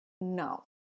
No